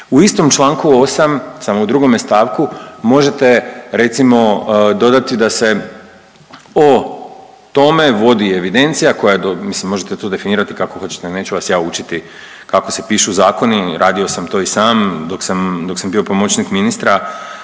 U istom članku 8. samo u drugome stavku možete recimo dodati da se o tome vodi evidencija, koja je, mislim možete to definirati kako hoćete, neću vas ja učiti kako se pišu zakoni. Radio sam to i sam dok sam bio pomoćnik ministra.